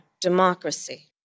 democracy